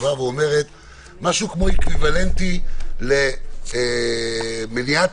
משהו כמו איקוויוולנטי למניעת